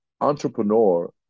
entrepreneur